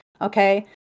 okay